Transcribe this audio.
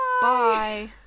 Bye